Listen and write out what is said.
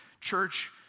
church